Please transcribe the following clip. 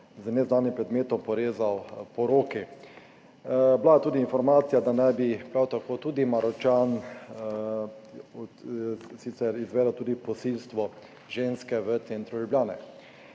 z neznanim predmetom porezal po roki. Bila je tudi informacija, da naj bi prav tako Maročan sicer izvedel tudi posilstvo ženske v centru Ljubljane.